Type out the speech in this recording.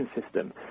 system